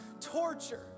torture